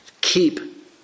Keep